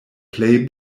plej